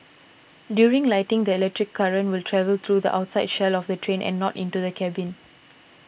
during lightning the electric current will travel through the outside shell of the train and not into the cabin